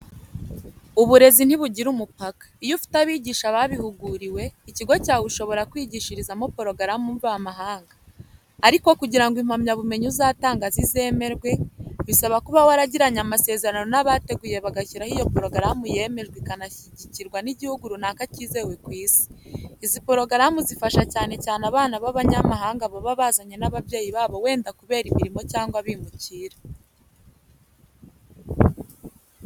Uburezi ntibugira umupaka. Iyo ufite abigisha babihuguriwe, ikigo cyawe ushobora kwigishirizamo porogaramu mvamahanga. Ariko kugira ngo impamyabumenyi uzatanga zizemerwe, bisaba ko uba waragiranye amasezerano n'abateguye bagashyiraho iyo porogaramu yemejwe ikanashyikigirwa n'igihugu runaka kizewe ku Isi. Izi porogaramu zifasha cyane cyane abana b'abanyamahanga baba bazanye n'abayeyi babo wenda kubera imirimo cyangwa abimukira.